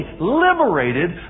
liberated